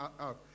out